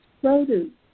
produce